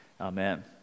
Amen